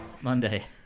Monday